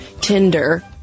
Tinder